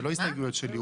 זה לא הסתייגויות שלי.